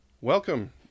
welcome